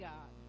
God